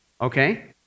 okay